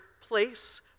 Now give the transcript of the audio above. place